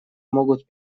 могут